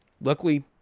luckily